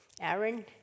Aaron